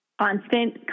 constant